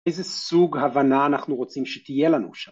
איזה סוג הבנה אנחנו רוצים שתהיה לנו שם